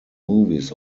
movies